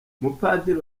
mupadiri